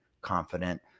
confident